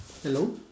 hello